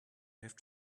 have